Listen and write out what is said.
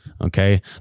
okay